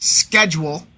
schedule